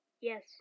yes